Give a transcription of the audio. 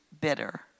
bitter